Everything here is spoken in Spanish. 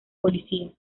policía